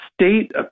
state